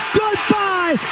goodbye